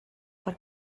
per